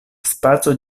spaco